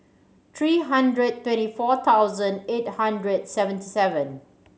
three hundred twenty four thousand eight hundred seventy seven